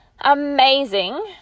amazing